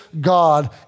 God